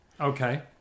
Okay